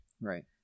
Right